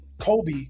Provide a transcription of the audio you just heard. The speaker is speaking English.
Kobe